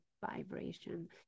vibration